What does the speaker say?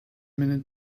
minute